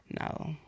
No